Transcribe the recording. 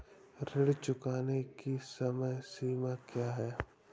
ऋण चुकाने की समय सीमा क्या है?